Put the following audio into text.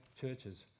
churches